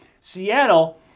Seattle